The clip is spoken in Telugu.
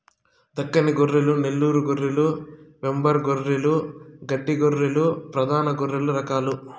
దక్కని గొర్రెలు, నెల్లూరు గొర్రెలు, వెంబార్ గొర్రెలు, గడ్డి గొర్రెలు ప్రధాన గొర్రె రకాలు